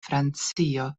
francio